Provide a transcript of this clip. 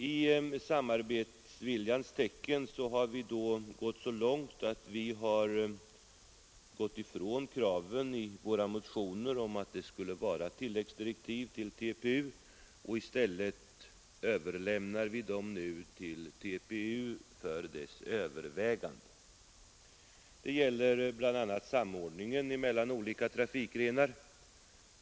I samarbetsviljans tecken har vi gått så långt att vi gett avkall på kraven i våra motioner om tilläggsdirektiv till TPU och i stället överlämnar vi dem nu till TPU för övervägande. Det gäller bl.a. samordningen mellan olika trafikgrenar.